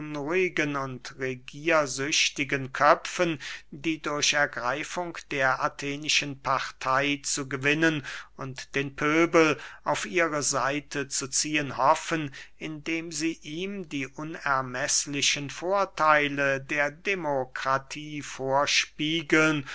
unruhigen und regiersüchtigen köpfen die durch ergreifung der athenischen partey zu gewinnen und den pöbel auf ihre seite zu ziehen hoffen indem sie ihm die unermeßlichen vortheile der demokratie vorspiegeln